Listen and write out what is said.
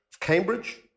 Cambridge